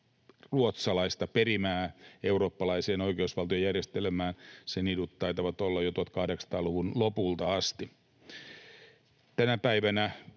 ruotsalaista perimää eurooppalaiseen oikeusvaltiojärjestelmään. Sen idut taitavat olla jo 1800-luvun lopulta asti.